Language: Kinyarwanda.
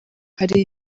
hari